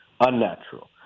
unnatural